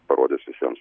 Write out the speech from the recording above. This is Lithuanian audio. parodys visiems